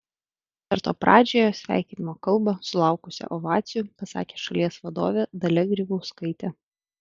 koncerto pradžioje sveikinimo kalbą sulaukusią ovacijų pasakė šalies vadovė dalia grybauskaitė